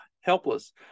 helpless